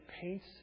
paints